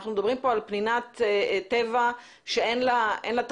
אנחנו מדברים כאן על פנינת טבע שאין לה תחליף.